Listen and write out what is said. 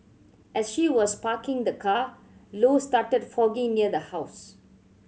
as she was parking the car Low started fogging near the house